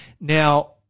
Now